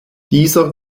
dieser